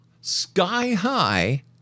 sky-high